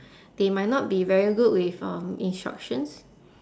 they might not be very good with um instructions